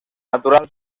natural